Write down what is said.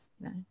No